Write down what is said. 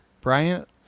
Bryant